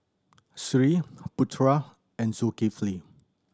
Sri Putra and Zulkifli